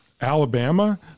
Alabama